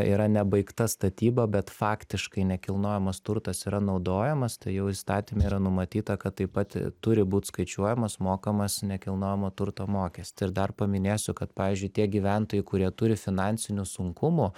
yra nebaigta statyba bet faktiškai nekilnojamas turtas yra naudojamas tai jau įstatyme yra numatyta kad taip pat turi būt skaičiuojamas mokamas nekilnojamo turto mokest ir dar paminėsiu kad pavyzdžiui tie gyventojai kurie turi finansinių sunkumų